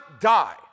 die